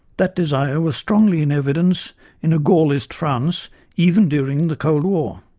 that desire was strongly in evidence in a gaullist france even during the cold war.